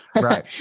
right